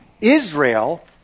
Israel